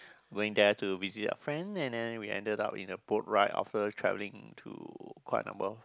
going there to visit a friend and then we ended up in a boat ride after travelling to quite a number